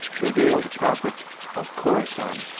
the veiled prophet of khorassan